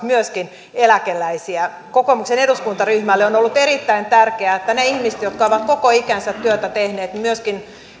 myöskin eläkeläisiä kokoomuksen eduskuntaryhmälle on on ollut erittäin tärkeää että myöskin niitten ihmisten jotka ovat koko ikänsä työtä tehneet